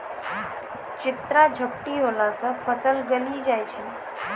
चित्रा झपटी होला से फसल गली जाय छै?